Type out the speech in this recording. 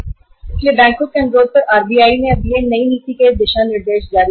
इसलिए बैंकों के अनुरोध पर RBI ने अब कुछ नई नीति के दिशा निर्देश जारी किए हैं